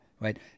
right